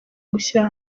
gushyira